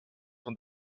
von